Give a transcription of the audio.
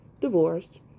divorced